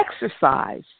exercise